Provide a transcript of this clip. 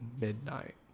midnight